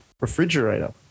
refrigerator